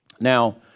Now